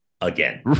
again